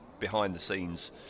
behind-the-scenes